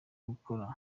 gukora